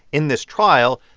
in this trial,